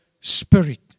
spirit